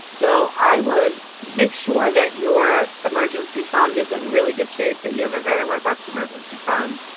so i would make sure that your emergency fund is in really good shape, that you have a very robust emergency fund.